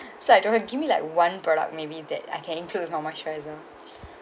so I told her give me like one product maybe that I can include for moisturiser